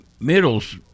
Middles